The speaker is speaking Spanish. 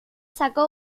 sacó